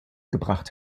gebracht